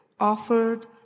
offered